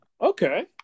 Okay